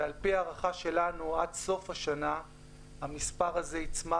על פי ההערכה שלנו המספר הזה יגיע